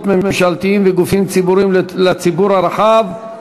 ממשלתיים וגופים ציבוריים לציבור הרחב,